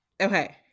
Okay